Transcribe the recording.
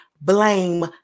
blame